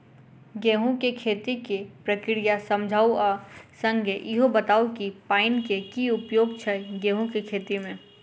गेंहूँ केँ खेती केँ प्रक्रिया समझाउ आ संगे ईहो बताउ की पानि केँ की उपयोग छै गेंहूँ केँ खेती में?